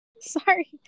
Sorry